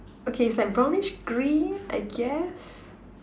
okay it's like brownish green I guess